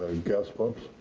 gas pump?